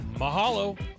Mahalo